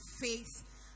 faith